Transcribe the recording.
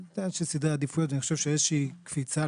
יש סדרי עדיפויות ואני חושב שאיזושהי קפיצה,